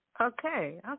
Okay